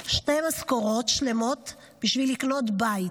עשר שנים שתי משכורות שלמות בשביל לקנות בית.